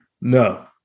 No